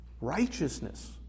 Righteousness